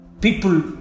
people